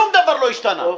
שום דבר לא השתנה.